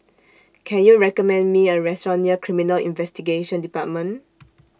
Can YOU recommend Me A Restaurant near Criminal Investigation department